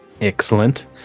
Excellent